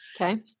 Okay